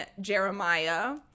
Jeremiah